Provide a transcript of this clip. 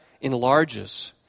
enlarges